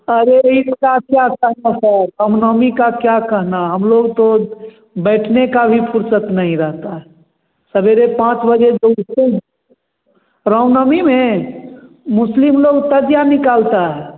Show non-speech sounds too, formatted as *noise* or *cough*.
अरे ई हिसाब से *unintelligible* रामनवमी क्या कहना है हम लोग तो बैठने का भी फुरसत नहीं रहता सवेरे पाँच बजे जैसे रामनवमी में मुस्लिम लोग तजिया निकालता है